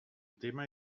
tema